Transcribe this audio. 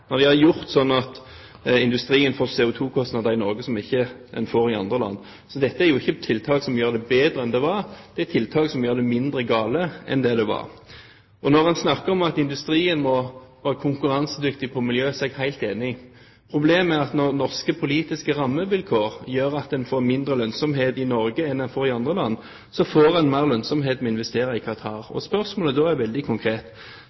når de har gjort det sånn at industrien får CO2-kostnader i Norge som en ikke får i andre land. Dette er ikke tiltak som gjør det bedre enn det var, det er tiltak som gjør det mindre galt enn det var. Når en snakker om at industrien må være konkurransedyktig på miljø, er jeg helt enig. Problemet er at når norske politiske rammevilkår gjør at en får mindre lønnsomhet i Norge enn en får i andre land, får en mer lønnsomhet ved å investere i Qatar. Spørsmålet da er veldig konkret: